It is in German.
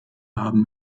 haben